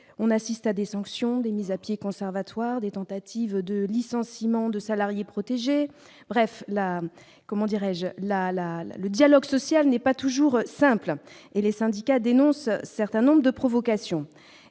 on assiste à des sanctions, des mises à pied conservatoires des tentatives de licenciements de salariés protégés, bref la comment dirais-je, la, la, le dialogue social n'est pas toujours simple et les syndicats dénoncent un certain nombre de provocation